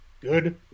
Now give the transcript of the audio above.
good